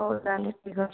ହଉ ତାହେଲେ